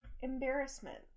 embarrassment